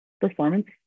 performance